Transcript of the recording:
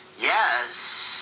Yes